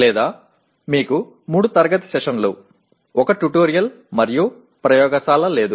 లేదా మీకు 3 తరగతి గది సెషన్లు 1 ట్యుటోరియల్ మరియు ప్రయోగశాల లేదు